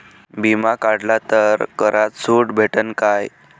बिमा काढला तर करात सूट भेटन काय?